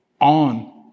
on